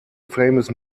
famous